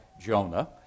Jonah